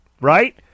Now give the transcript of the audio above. right